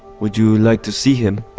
would you like to see him?